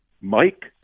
Mike